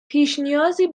پیشنیازی